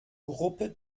gruppe